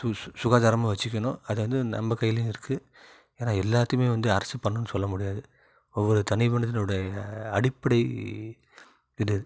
சு சுகாதாரமாக வச்சுக்கணும் அது வந்து நம்ப கையிலையும் இருக்குது ஏன்னால் எல்லாத்தையுமே வந்து அரசு பண்ணும்னு சொல்லமுடியாது ஒவ்வொரு தனி மனிதன் உடைய அடிப்படை இது